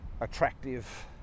attractive